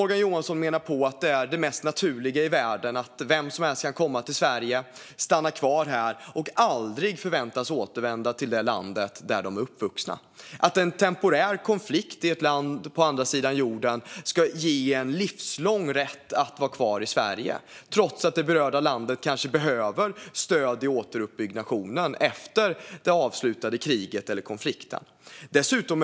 Morgan Johansson verkar mena att det är det mest naturliga i världen att vem som helst kan komma till Sverige, stanna kvar här och aldrig förväntas återvända till landet där man är uppvuxen. En temporär konflikt i ett land på andra sidan jorden ska alltså ge en livslång rätt att vara kvar i Sverige, trots att det berörda landet kanske behöver stöd i återuppbyggnaden efter att kriget eller konflikten avslutats.